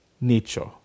nature